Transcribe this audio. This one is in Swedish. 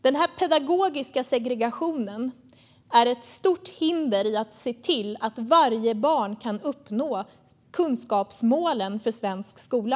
Den pedagogiska segregationen är ett stort hinder i att se till att varje barn kan uppnå kunskapsmålen för svensk skola.